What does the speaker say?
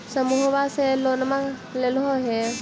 समुहवा से लोनवा लेलहो हे?